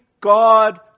God